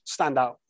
standout